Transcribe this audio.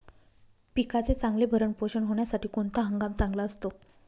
पिकाचे चांगले भरण पोषण होण्यासाठी कोणता हंगाम चांगला असतो?